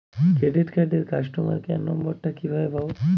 Credit কার্ডের customer care number টা কিভাবে পাবো?